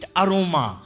aroma